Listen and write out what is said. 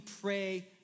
pray